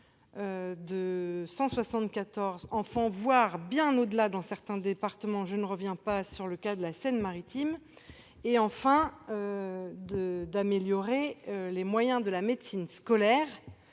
de 174 enfants voir bien au-delà dans certains départements, je ne reviens pas sur le cas de la Seine-Maritime et enfin. D'améliorer les moyens de la médecine scolaire,